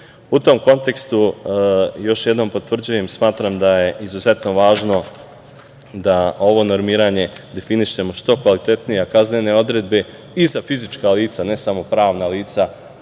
tom kontekstu još jednom potvrđujem i smatram da je izuzetno važno da ovo normiranje definišemo što kvalitetnije, a kaznene odredbe i za fizička lica ne samo pravna lica